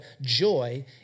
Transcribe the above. joy